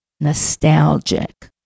Nostalgic